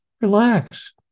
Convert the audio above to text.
relax